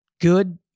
good